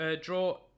draw